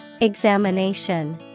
Examination